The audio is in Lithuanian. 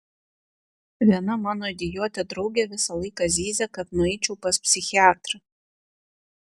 viena mano idiotė draugė visą laiką zyzia kad nueičiau pas psichiatrą